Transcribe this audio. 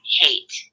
hate